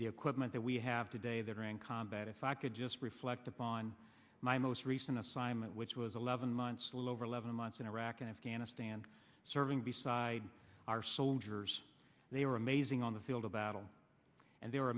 the equipment that we have today that are in combat if i could just reflect upon my most recent assignment which was eleven months lower eleven months in iraq and afghanistan serving beside our soldiers they were amazing on the field of battle and they were